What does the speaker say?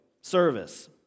service